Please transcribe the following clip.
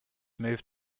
moved